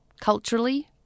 Culturally